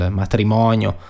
matrimonio